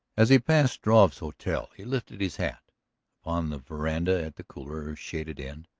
as he passed struve's hotel he lifted his hat upon the veranda at the cooler, shaded end,